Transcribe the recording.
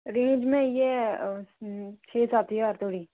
range में इ'यै छे सत्त ज्हार धोड़ी